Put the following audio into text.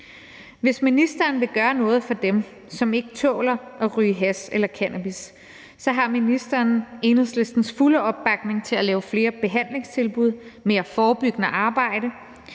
Hvis ministeren vil gøre noget for dem, som ikke tåler at ryge hash eller cannabis, så har ministeren Enhedslistens fulde opbakning til at lave flere behandlingstilbud og mere forebyggende arbejde